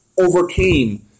overcame